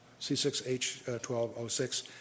C6H12O6